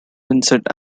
vincent